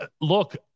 look